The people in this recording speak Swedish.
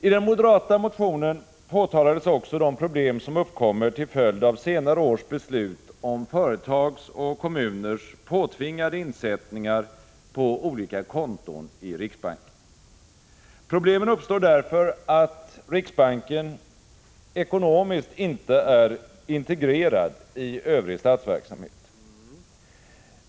I den moderata motionen påtalades också de problem som uppkommer till följd av senare års beslut om företags och kommuners påtvingade insättningar på olika konton i riksbanken. Problemen uppstår därför att riksbanken ekonomiskt inte är integrerad i övrig statsverksamhet.